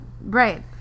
Right